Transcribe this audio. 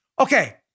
Okay